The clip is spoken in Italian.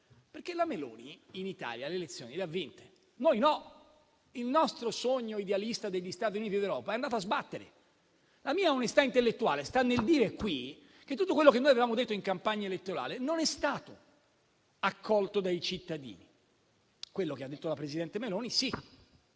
perché la Meloni in Italia le elezioni le ha vinte, noi no. Il nostro sogno idealista degli Stati Uniti d'Europa è andato a sbattere. La mia onestà intellettuale sta nel dire in questa sede che tutto quello che noi avevamo detto in campagna elettorale non è stato accolto dai cittadini, quello che ha detto la presidente Meloni sì.